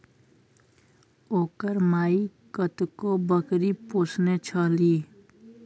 ओकर माइ कतेको बकरी पोसने छलीह